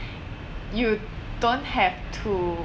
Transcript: you don't have to